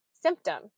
symptom